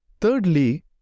Thirdly